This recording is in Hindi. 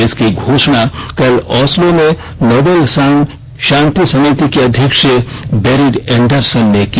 इसकी घोषणा कल ऑस्लो में नोबेल समिति के अध्यक्ष बेरिड एंडरसन ने की